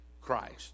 Christ